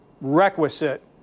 requisite